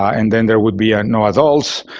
and then there would be no adults.